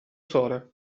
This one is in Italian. sole